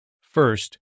First